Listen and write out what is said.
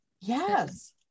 Yes